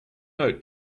note